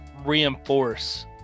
reinforce